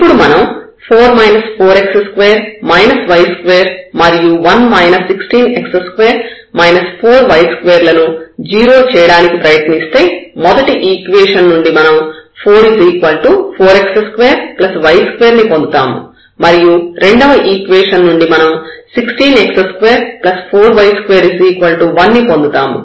ఇప్పుడు మనం 4 4x2 y2 మరియు 1 16x2 4y2 లను 0 చేయడానికి ప్రయత్నిస్తే మొదటి ఈక్వేషన్ నుండి మనం 44x2y2 ని పొందుతాము మరియు రెండవ ఈక్వేషన్ నుండి మనం 16x24y2 1 ని పొందుతాము